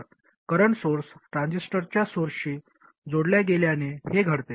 तर current source ट्रान्झिस्टरच्या सोर्सशी जोडल्या गेल्याने हे घडते